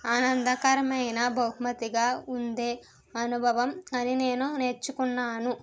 ఆనందకరమైన బహుమతిగా ఉంది అనుభవం అని నేను నేర్చుకున్నాను